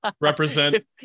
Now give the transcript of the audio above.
represent